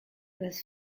was